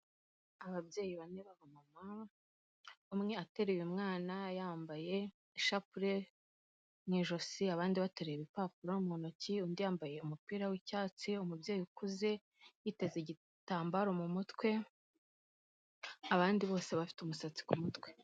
Ababyeyi bane b'abamama, umwe ateruye umwana yambaye ishapule mu ijosi, abandi baterura ibipapuro mu ntoki, undi yambaye umupira w'icyatsi, umubyeyi ukuze yiteze igitambaro mu mutwe, abandi bose bafite umusatsi ku mutwe.